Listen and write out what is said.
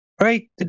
Right